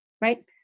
right